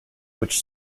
which